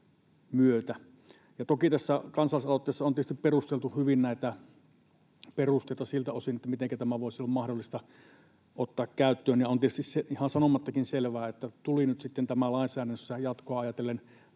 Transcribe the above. toki tässä kansalaisaloitteessa on tietysti perusteltu hyvin näitä perusteita siltä osin, mitenkä tämä voisi olla mahdollista ottaa käyttöön. Ja on tietysti ihan sanomattakin selvää, että tuli nyt sitten tämä lainsäädännössä jatkoa ajatellen